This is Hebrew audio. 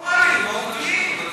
לא פורמליים.